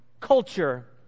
culture